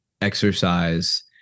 exercise